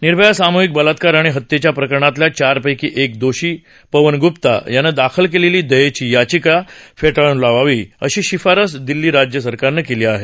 निर्भया सामुहिक बलात्कार आणि हत्येच्या प्रकरणातल्या चार पैकी एक दोषी पवन ग्प्ता यानं दाखल केलेली दयेयी याचिका फेटाळून लावावी अशी शिफारस दिल्ली राज्य सरकारनं केली आहे